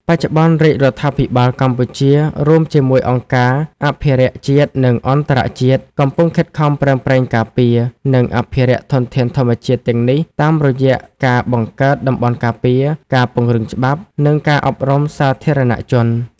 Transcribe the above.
បច្ចុប្បន្ន រាជរដ្ឋាភិបាលកម្ពុជា រួមជាមួយអង្គការអភិរក្សជាតិ និងអន្តរជាតិ កំពុងខិតខំប្រឹងប្រែងការពារ និងអភិរក្សធនធានធម្មជាតិទាំងនេះតាមរយៈការបង្កើតតំបន់ការពារ ការពង្រឹងច្បាប់ និងការអប់រំសាធារណជន។